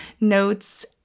notes